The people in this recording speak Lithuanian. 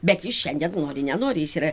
bet jis šiandien nori nenori jis yra